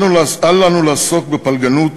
אל לנו לעסוק בפלגנות